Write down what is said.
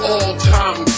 All-time